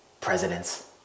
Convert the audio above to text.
presidents